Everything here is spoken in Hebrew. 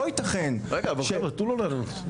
אבל תנו לו לענות.